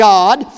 God